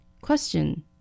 Question